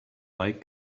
like